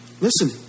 listen